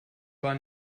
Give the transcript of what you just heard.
war